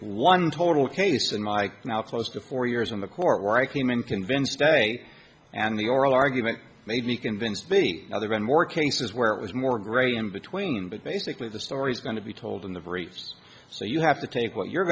one total case in my now close to four years in the court where i came in convinced day and the oral argument made me convinced the other ran more cases where it was more gray in between but basically the story's going to be told in the very so you have to take what you're